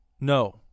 no